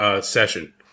session